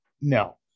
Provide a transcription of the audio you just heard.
No